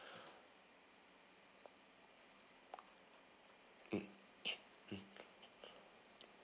mm mm